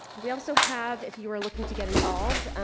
we also have, if you are looking to get involved,